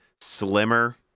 slimmer